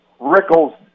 Rickles